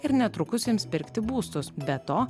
ir netrukus ims pirkti būstus be to